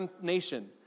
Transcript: nation